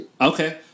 Okay